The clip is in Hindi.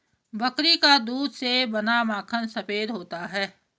बकरी के दूध से बना माखन सफेद होता है